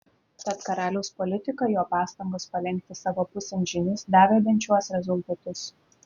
tad karaliaus politika jo pastangos palenkti savo pusėn žynius davė bent šiuos rezultatus